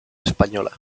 española